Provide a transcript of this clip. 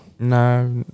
No